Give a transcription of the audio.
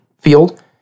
field